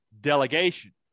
delegation